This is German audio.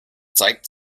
zeigt